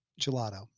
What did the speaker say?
gelato